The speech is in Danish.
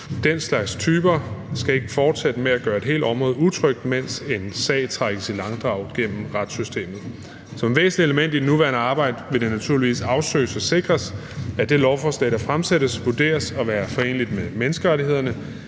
Den slags typer skal ikke fortsætte med at gøre et helt område utrygt, mens en sag trækkes i langdrag gennem retssystemet. Som et væsentligt element i det nuværende arbejdede vil det naturligvis afsøges og sikres, at det lovforslag, der fremsættes, vurderes at være foreneligt med menneskerettighederne.